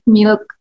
milk